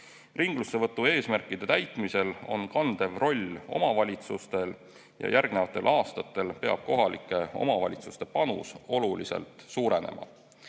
Ringlussevõtu eesmärkide täitmisel on kandev roll omavalitsustel ja järgnevatel aastatel peab kohalike omavalitsuste panus oluliselt suurenema.